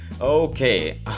Okay